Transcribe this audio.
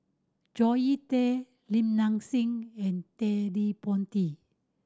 Zoe Tay Li Nanxing and Ted De Ponti